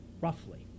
roughly